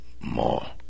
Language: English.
more